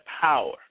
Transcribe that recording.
power